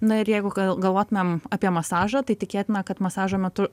na ir jeigu gal galvotumėm apie masažą tai tikėtina kad masažo metu